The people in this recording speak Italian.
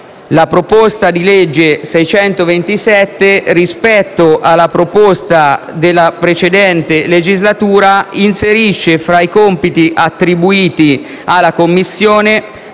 la proposta di legge n. 627, rispetto alla proposta della precedente legislatura, inserisce fra i compiti attribuiti alla Commissione